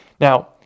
now